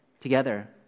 together